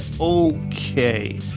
okay